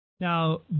Now